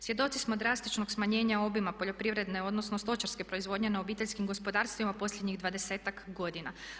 Svjedoci smo drastičnog smanjenja obima poljoprivredne, odnosno stočarske proizvodnje na obiteljskim gospodarstvima u posljednjih 20-ak godina.